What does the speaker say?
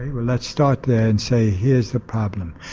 well let's start there and say here's the problem.